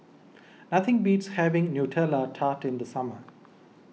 nothing beats having Nutella Tart in the summer